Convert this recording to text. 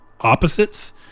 opposites